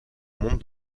montre